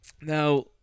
Now